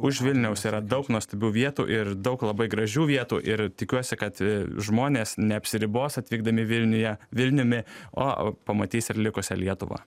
už vilniaus yra daug nuostabių vietų ir daug labai gražių vietų ir tikiuosi kad žmonės neapsiribos atvykdami vilniuje vilniumi o pamatys ir likusią lietuvą